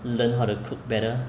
learn how to cook better